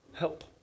help